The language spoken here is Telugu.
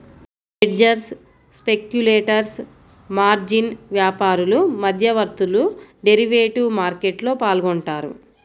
హెడ్జర్స్, స్పెక్యులేటర్స్, మార్జిన్ వ్యాపారులు, మధ్యవర్తులు డెరివేటివ్ మార్కెట్లో పాల్గొంటారు